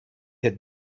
had